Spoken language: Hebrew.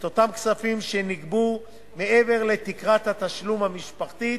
את אותם כספים שנגבו מעבר לתקרת התשלום המשפחתית,